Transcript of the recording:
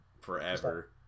forever